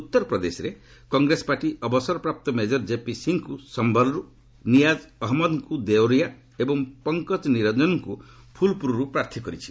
ଉତ୍ତରପ୍ରଦେଶରେ କଂଗ୍ରେସ ପାର୍ଟି ଅବସରପ୍ରାପ୍ତ ମେଜର କେପି ସିଂହଙ୍କୁ ସମ୍ଭଲ୍ରୁ ନିଆକ୍ ଅହମ୍ମଦ୍ଙ୍କୁ ଦେଓରିଆ ଏବଂ ପଙ୍କଜ ନିରଞ୍ଜନଙ୍କୁ ଫୁଲପୁରରୁ ପ୍ରାର୍ଥୀ କରିଛି